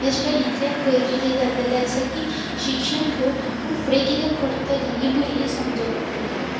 हें सुद्दां इतलेच गरजेचें जाल्लेलें आसा की शिक्षण घेवन आपूण फुडें कितें करतलीं ही भुरगीं समजोपाक लागलीं